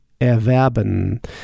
erwerben